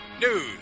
news